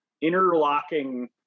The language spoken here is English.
interlocking